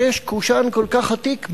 שיש לנו קושאן כל כך עתיק,